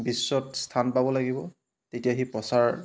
বিশ্বত স্থান পাব লাগিব তেতিয়া সি প্ৰচাৰ